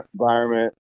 environment